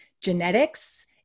genetics